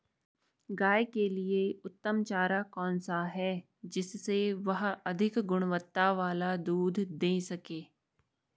गाय के लिए उत्तम चारा कौन सा है जिससे वह अधिक गुणवत्ता वाला दूध दें सके?